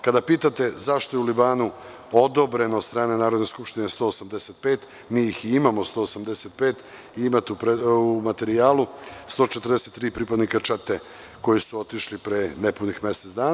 Kada pitate zašto je u Libanu odobreno od strane Narodne skupštine 185, imamo 185, imate u materijalu, 143 pripadnika čete koji su otišli pre nepunih mesec dana.